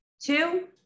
Two